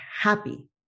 happy